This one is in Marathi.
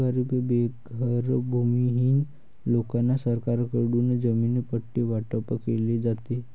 गरीब बेघर भूमिहीन लोकांना सरकारकडून जमीन पट्टे वाटप केले जाते